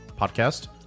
Podcast